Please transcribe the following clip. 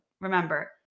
remember